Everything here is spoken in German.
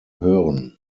hören